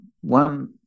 one –